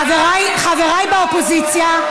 חבריי, חבריי באופוזיציה,